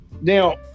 Now